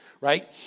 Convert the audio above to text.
right